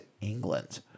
England